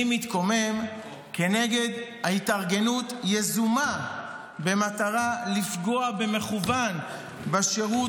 אני מתקומם כנגד התארגנות יזומה במטרה לפגוע במכוון בשירות